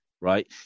right